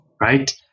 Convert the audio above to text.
right